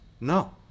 No